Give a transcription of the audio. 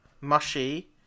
mushy